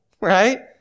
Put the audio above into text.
right